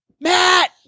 Matt